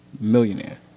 Millionaire